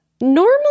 normally